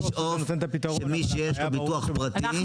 קודם כל בתפיסה ברור שאנחנו צריכים לשאוף שמי שיש לו ביטוח פרטי,